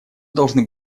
должны